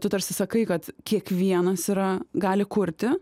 tu tarsi sakai kad kiekvienas yra gali kurti